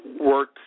work